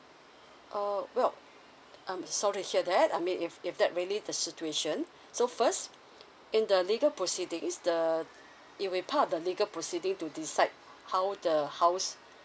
err well um sorry to hear that I mean if if that really the situation so first in the legal proceeding the if we part of the legal proceeding to decide how the house